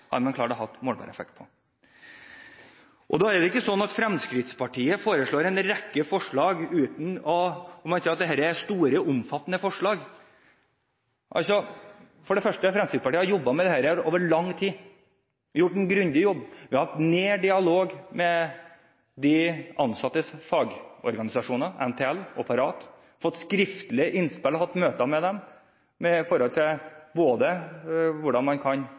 som man sier er store og omfattende. For det første har Fremskrittspartiet jobbet med dette over lang tid. Vi har gjort en grundig jobb og hatt nær dialog med de ansattes fagorganisasjoner – NTL og Parat – fått skriftlige innspill og hatt møter med dem om hvordan man kan